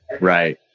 Right